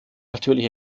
natürlich